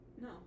no